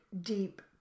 deep